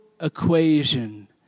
equation